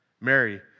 Mary